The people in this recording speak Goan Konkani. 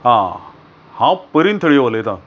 हां हांव परिंद थळी उलयतां